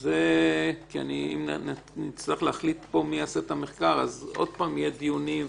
כי אם נצטרך להחליט פה מי יעשה את המחקר אז שוב יהיו דיונים.